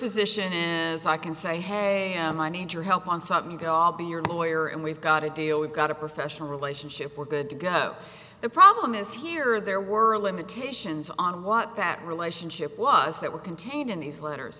position is i can say hey i need your help on something gobby your lawyer and we've got a deal we've got a professional relationship we're good to go the problem is here there were limitations on what that relationship was that were contained in these letters